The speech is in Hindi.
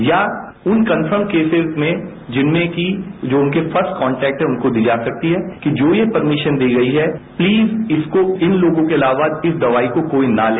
या उन कन्फर्म केसेस में जिनमें कि जो उनके फर्सट कॉन्टेक्ट हैं उनको दी जा सकती है कि जो ये परमिशन दी गई है प्लीज इसको इन लोगों के अलावा इस दवाई को कोई न ले